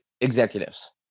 executives